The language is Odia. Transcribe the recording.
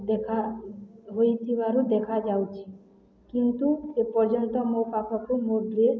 ଦେଖା ହୋଇଥିବାର ଦେଖାଯାଉଛି କିନ୍ତୁ ଏପର୍ଯ୍ୟନ୍ତ ମୋ ପାଖକୁ ମୋ ଡ୍ରେସ୍